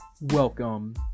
Welcome